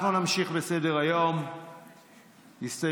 (חבר הכנסת שלמה קרעי יוצא